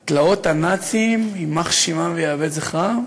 את תלאות הנאצים, יימח שמם ויאבד זכרם,